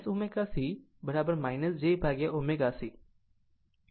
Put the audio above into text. આમ ω C jω C